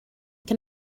can